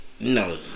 No